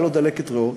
הייתה לו דלקת ריאות,